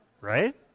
right